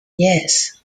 yes